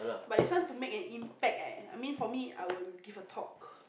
but this one to make an impact eh I mean for me I will give a talk